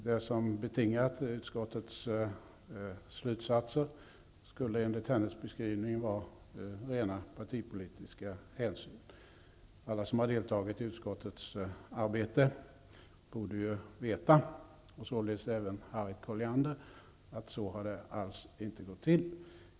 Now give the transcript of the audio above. Det som betingat utskottets slutsatser skulle enligt hennes beskrivning vara rena partipolitiska hänsyn. Alla som har deltagit i utskottets arbete borde veta, och således även Harriet Colliander, att så har det alls inte gått till.